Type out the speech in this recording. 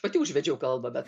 pati užvedžiau kalbą bet